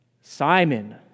Simon